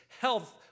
health